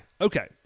Okay